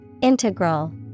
Integral